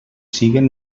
siguen